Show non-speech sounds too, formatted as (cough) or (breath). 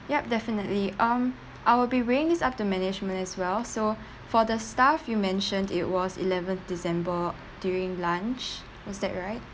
yup definitely um I will be bringing this up to management as well so (breath) for the staff you mentioned it was eleventh december during lunch was that right